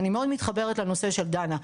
אני מאוד מתחברת לנושא של דנה,